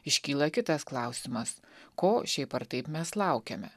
iškyla kitas klausimas ko šiaip ar taip mes laukiame